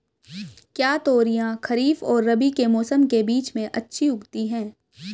क्या तोरियां खरीफ और रबी के मौसम के बीच में अच्छी उगती हैं?